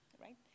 right